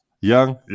Young